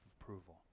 approval